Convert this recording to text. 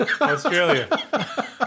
Australia